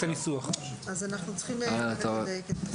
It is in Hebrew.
אז אנחנו צריכים לדייק את זה.